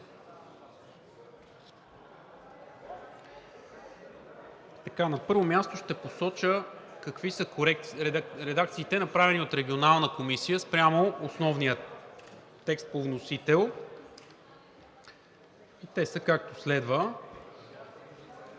На първо място ще посоча какви са редакциите, направени от Регионалната комисия, спрямо основния текст по вносител, а те са, както следва: